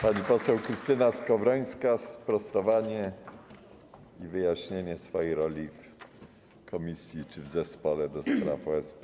Pani poseł Krystyna Skowrońska, sprostowanie i wyjaśnienie swojej roli w komisji czy w zespole do spraw OSP.